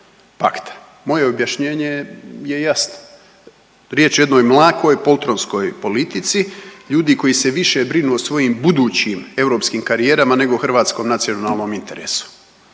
Moje objašnjenje je jasno, riječ je o jednoj mlakoj poltronskoj politici, ljudi koji se više brinu o svojim budućim europskim karijerama nego hrvatskom nacionalnom interesu.